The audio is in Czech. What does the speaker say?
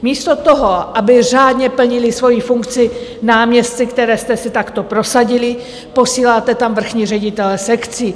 Místo toho, aby řádně plnili svoji funkci náměstci, které jste si takto prosadili, posíláte tam vrchní ředitele sekcí.